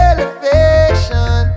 Elevation